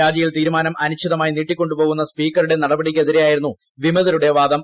രാജിയിൽ തീരുമാനം അനിശ്ചിതമായി നീട്ടിക്കൊണ്ടുപോകുന്ന സ്പീക്കറുടെ നടപടിയ്ക്കെതിരെയായിരുന്നു വിമതരുടെ വാദം